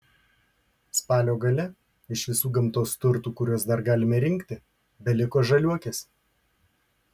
spalio gale iš visų gamtos turtų kuriuos dar galime rinkti beliko žaliuokės